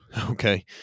Okay